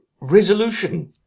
resolution